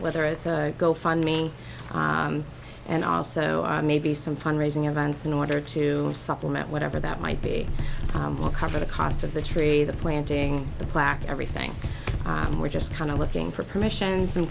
whether it's a go fund me and also i maybe some fund raising events in order to supplement whatever that might be will cover the cost of the tree the planting the plaque everything we're just kind of looking for permission